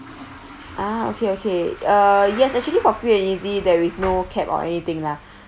ah okay okay uh yes actually for free and easy there is no cap or anything lah